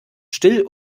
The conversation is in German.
still